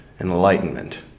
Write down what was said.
enlightenment